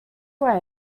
way